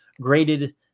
graded